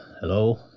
Hello